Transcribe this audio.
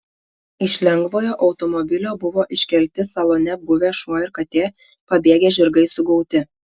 iš lengvojo automobilio buvo iškelti salone buvę šuo ir katė pabėgę žirgai sugauti